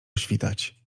świtać